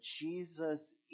Jesus